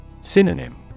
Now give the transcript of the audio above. Synonym